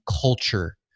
culture